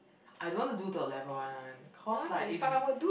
I don't want to do the level one one cause like it's re~